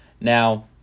Now